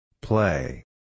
Play